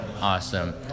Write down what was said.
Awesome